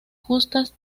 justas